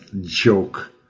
joke